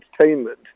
entertainment